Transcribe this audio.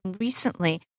recently